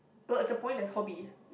oh it's a pointless hobby